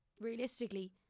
realistically